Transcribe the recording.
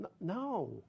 No